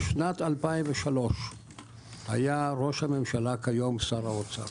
ב-2003 היה ראש הממשלה כיום שר האוצר,